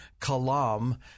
Kalam